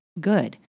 good